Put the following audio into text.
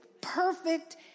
perfect